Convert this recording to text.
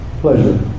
pleasure